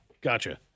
Gotcha